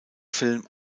film